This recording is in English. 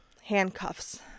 handcuffs